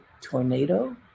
tornado